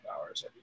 hours